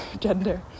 gender